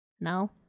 No